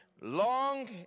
Long